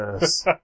Yes